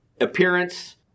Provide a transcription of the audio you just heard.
appearance